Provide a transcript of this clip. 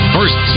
First